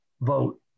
vote